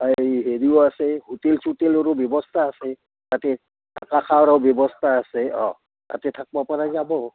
হেৰিও আছে হোটেল চোটেলৰো ব্যৱস্থা আছে তাতে থাকা খোৱাৰ ব্যৱস্থা আছে অঁ তাতে থাকব পৰা যাব